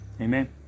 Amen